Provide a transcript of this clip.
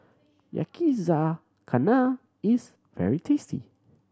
yakizakana is very tasty